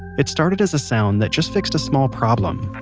it started as a sound that just fixed a small problem,